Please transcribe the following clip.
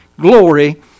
glory